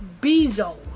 Bezos